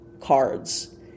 cards